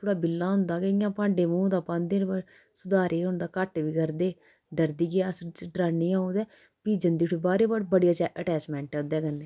थोह्ड़ा बिल्ला होंदा कि भांडें मूंह् ते पांदे न पर सधारे होन ते घट्ट बी करदे डरदी ऐ अस डरानी अ'ऊं ते फ्ही जंदी उठी बाह्रै गी पर बड़ी ज्यादा अटैचमेंट ऐ ओह्दे कन्नै